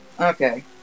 Okay